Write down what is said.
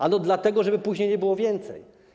Ano dlatego, żeby później nie było więcej.